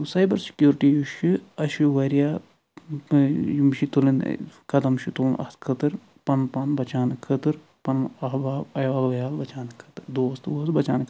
تہٕ cyber security چھُ اسہِ چھُ واریاہ یِم چھِ تُلٕنۍ قدم چھِ تُلٕنۍ اتھ خٲطرٕ پنُن پان بچاونہٕ خٲطرٕ پنُن احباب عیال ویال بچاونہٕ خٲطرٕ دوست ووس بچاونہٕ خٲطرٕ